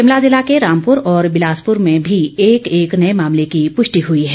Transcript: शिमला जिला के रामपुर और बिलासपुर में भी एक एक नए मामले की पुष्टि हुई है